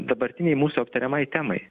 dabartinei mūsų aptariamai temai